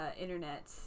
internet